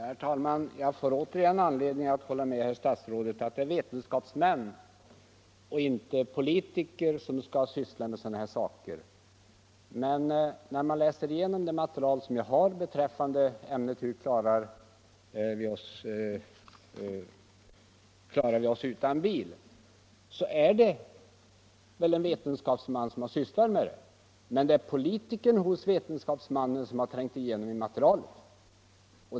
Genom sättet på vilket samordningen sker mellan tjänstepension, ATP och folkpension har statspensionärer med förtidsuttag av folkpension erhållit sänkt totalpension i samband med basbeloppshöjningen den 1 december 1974 och höjningen av folkpensionerna den 1 januari 1975.